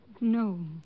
No